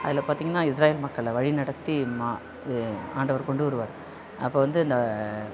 அதில் பார்த்திங்கன்னா இஸ்ராயேல் மக்களை வழிநடத்தி மா இது ஆண்டவர் கொண்டு வருவார் அப்போ வந்து அந்த